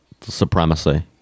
supremacy